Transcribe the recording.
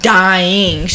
dying